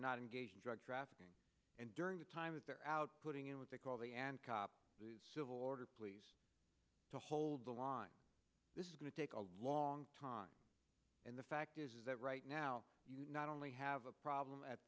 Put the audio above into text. not engaged drug trafficking and during the time that they're out putting in what they call the and top civil order please to hold the line this is going to take a long time and the fact is that right now not only have a problem at